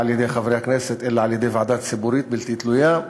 על-ידי חברי הכנסת אלא על-ידי ועדה ציבורית בלתי תלויה.